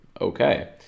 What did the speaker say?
Okay